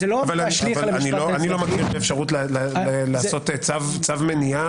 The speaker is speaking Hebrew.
אני לא מכיר אפשרות לעשות צו מניעה